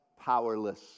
powerless